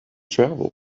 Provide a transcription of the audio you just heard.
travel